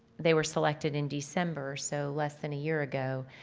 they were selected in december, so less than a year ago,